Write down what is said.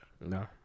No